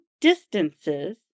distances